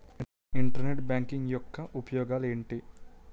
Internet banking యెక్క ఉపయోగాలు ఎంటి?